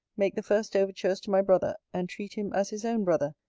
make the first overtures to my brother, and treat him as his own brother,